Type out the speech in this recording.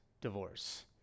divorce